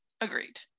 Agreed